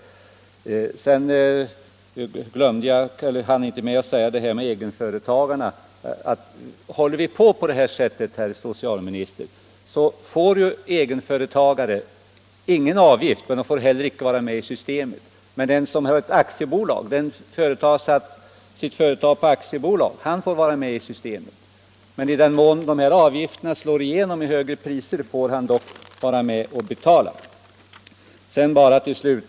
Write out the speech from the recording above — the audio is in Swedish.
I mitt tidigare inlägg hann jag inte med att säga beträffande egenföretagarna, att håller vi på på det här sättet, herr socialminister, så får egenföretagare ingen avgift, men de får heller icke vara med i systemet. Den som har sitt företag som aktiebolag får däremot vara med i systemet. Men i den mån dessa avgifter slår igenom i högre priser, får egenföretagaren dock vara med och betala.